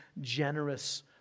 generous